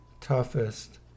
toughest